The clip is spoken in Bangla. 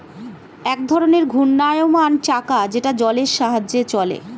এক ধরনের ঘূর্ণায়মান চাকা যেটা জলের সাহায্যে চলে